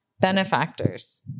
benefactors